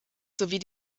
sowie